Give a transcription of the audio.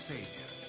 Savior